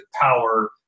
power